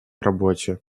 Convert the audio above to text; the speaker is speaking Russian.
работе